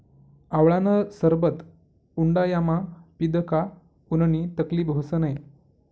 आवळानं सरबत उंडायामा पीदं का उननी तकलीब व्हस नै